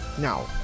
Now